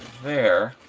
there.